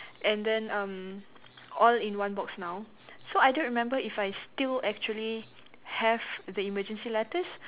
and then um all in one box now so I don't remember if I still actually have the emergency letters